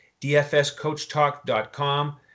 dfscoachtalk.com